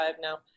now